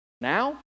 now